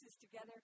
together